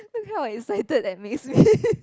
I'm proud and excited it makes me